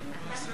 אני, כן.